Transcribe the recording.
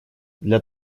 для